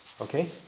Okay